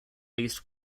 least